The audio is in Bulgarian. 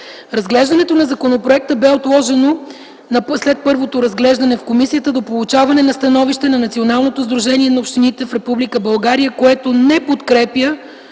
Разглеждането на законопроекта бе отложено след първото разглеждане в комисията до получаване на становище на Националното сдружение на общините в Република България, което не подкрепя